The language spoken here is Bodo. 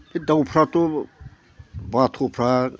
दाउफ्राथ' बाथ'फ्रा